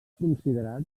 considerat